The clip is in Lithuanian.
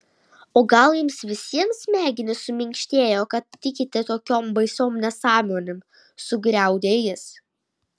o gal jums visiems smegenys suminkštėjo kad tikite tokiom baisiom nesąmonėm sugriaudė jis